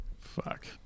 Fuck